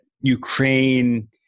Ukraine